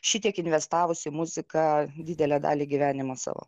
šitiek investavus į muziką didelę dalį gyvenimo savo